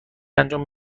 انجام